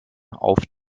auf